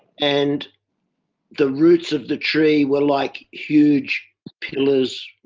and the roots of the tree where like huge pillars